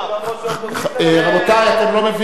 רבותי, אתם לא מבינים?